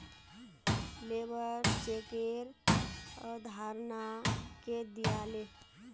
labour चेकेर अवधारणा के दीयाले